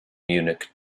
munich